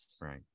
right